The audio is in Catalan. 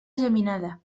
geminada